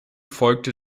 folgte